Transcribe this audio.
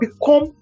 become